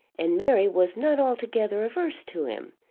and mary was not altogether averse to him,